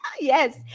Yes